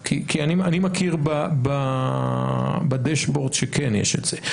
כי אני מכיר בדשבורד שכן יש את זה.